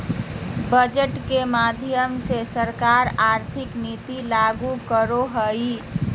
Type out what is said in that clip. budget के माध्यम से सरकार आर्थिक नीति लागू करो हय